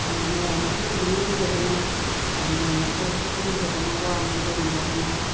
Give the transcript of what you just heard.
ꯃꯌꯥꯝ ꯃꯔꯛꯇ ꯇꯤꯟꯕ ꯉꯝꯖꯗꯅ ꯃꯌꯥꯝ ꯃꯔꯛꯇ ꯊꯣꯛꯄ ꯉꯝꯖꯗꯅ ꯋꯥ ꯉꯥꯡꯕ ꯉꯝꯖꯗꯅ